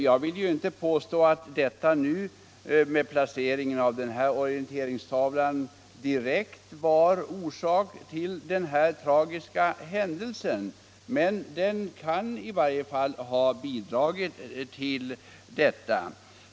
Jag vill inte påstå att placeringen av den här orienteringstavlan var direkt orsak till den tragiska händelsen, men den kan i varje fall ha bidragit till den.